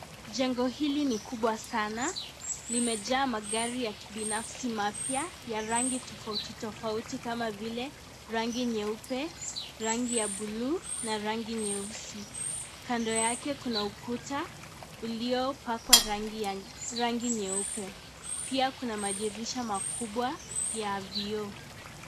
Jengo hili ni kubwa sana. Limejaa magari ya kibinafsi mapya ya rangi tofauti tofauti kama vile, rangi nyeupe, rangi ya buluu na rangi nyeusi. Kando yake, kuna ukuta uliopakwa rangi nyeupe. Pia kuna madirisha makubwa ya vioo.